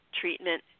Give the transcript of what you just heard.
treatment